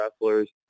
wrestlers